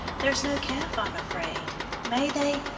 there's no calf, i'm afraid. may they?